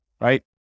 Right